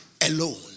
alone